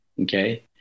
okay